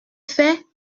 fait